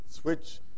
switch